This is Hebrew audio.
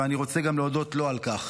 ואני רוצה להודות גם לו על כך.